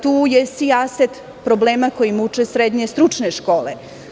Tu je sijaset problema koji muče srednje stručne škole.